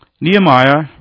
Nehemiah